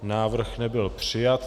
Návrh nebyl přijat.